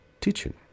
teaching